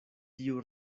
tiu